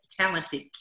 talented